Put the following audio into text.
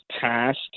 passed